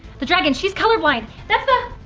the dragon. she's colorblind! that's the.